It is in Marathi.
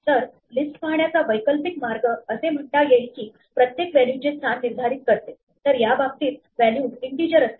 तर लिस्ट पाहण्याचा वैकल्पिक मार्ग असे म्हणता येईल की प्रत्येक व्हॅल्यू चे स्थान निर्धारित करते तर याबाबतीत व्हॅल्यूज इन्टिजर असतात